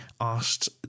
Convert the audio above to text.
asked